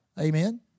Amen